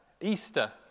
Easter